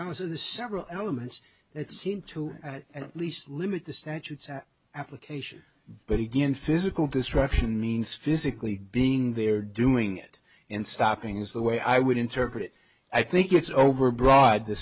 dollars of the several elements that seem to at least limit the statutes at application but again physical destruction means physically being there doing it and stopping is the way i would interpret it i think it's overbroad the